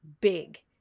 big